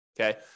Okay